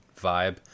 vibe